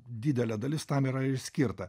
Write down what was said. didelė dalis tam yra ir skirta